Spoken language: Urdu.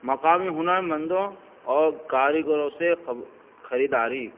مقامی ہنر مندوں اور کاریگرگروں سے خریداری